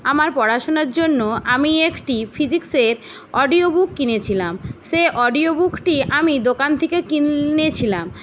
আমার পড়াশুনার জন্য আমি একটি ফিজিক্সের অডিও বুক কিনেছিলাম সেই অডিও বুকটি আমি দোকান থেকে কিনেছিলাম